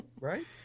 Right